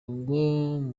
ngo